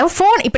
phone